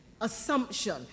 assumption